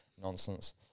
nonsense